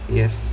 yes